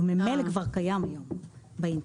זה ממילא כבר קיים היום באינטרנט.